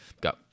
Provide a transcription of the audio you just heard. go